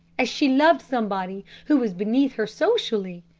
as she loved somebody who was beneath her socially.